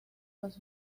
los